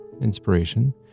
inspiration